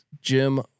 Jim